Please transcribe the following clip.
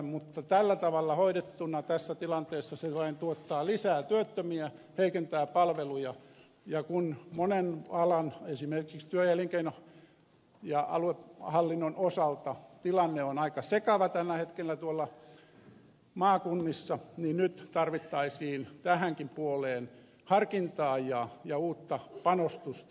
mutta tällä tavalla hoidettuna tässä tilanteessa sellainen tuottaa lisää työttömiä heikentää palveluja ja kun monen alan esimerkiksi työ ja elinkeino ja aluehallinnon osalta tilanne on aika sekava tällä hetkellä tuolla maakunnissa niin nyt tarvittaisiin tähänkin puoleen harkintaa ja uutta panostusta